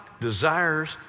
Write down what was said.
desires